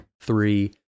three